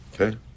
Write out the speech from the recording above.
Okay